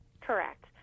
Correct